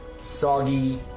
Soggy